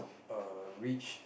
err reach